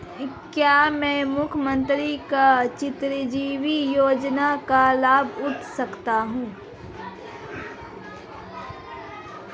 क्या मैं मुख्यमंत्री चिरंजीवी योजना का लाभ उठा सकता हूं?